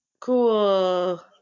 Cool